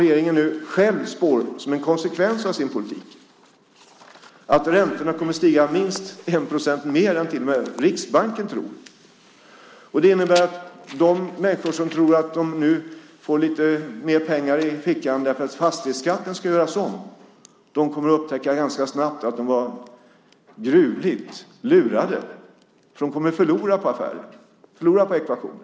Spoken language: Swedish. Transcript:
Regeringen spår nu själv att räntorna kommer att stiga minst 1 procent mer än till och med Riksbanken tror. Det är en konsekvens av regeringens politik. De människor som tror att de nu får lite mer pengar i fickan därför att fastighetsskatten ska göras om kommer ganska snart att upptäcka att de har blivit gruvligt lurade. De kommer att förlora på affären, förlora på ekvationen.